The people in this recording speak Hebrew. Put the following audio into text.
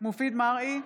מופיד מרעי,